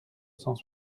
cent